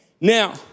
Now